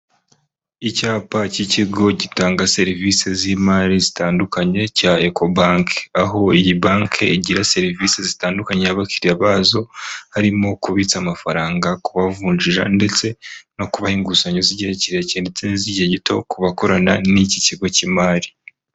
Icyapa cy'ikigo gitanga serivisi z'imari zitandukanye cya Eco bank. Aho iyi banki igira serivisi zitandukanye iha abakiriya bazo, harimo kubitsa amafaranga, kubavunjira ndetse no kubaha inguzanyo z'igihe kirekire ndetse n'iz'igihe gito ku bakorana n'iki kigo cy'imari.